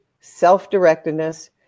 self-directedness